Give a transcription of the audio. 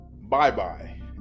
bye-bye